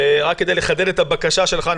ורק כדי לחדד את הבקשה שלך,